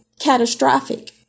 catastrophic